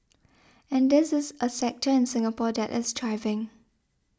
and this is a sector in Singapore that is thriving